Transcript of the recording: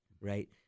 right